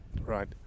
Right